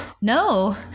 no